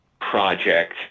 project